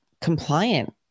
compliant